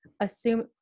assume